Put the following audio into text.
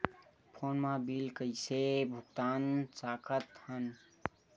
Phone मा bill कइसे भुक्तान साकत हन?